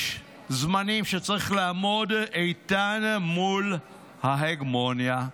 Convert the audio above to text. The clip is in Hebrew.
יש זמנים שצריך לעמוד איתן מול ההגמוניה.